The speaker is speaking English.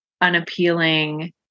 unappealing